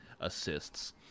assists